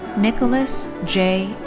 nicholas j.